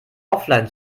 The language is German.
offline